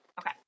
okay